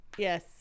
yes